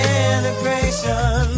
integration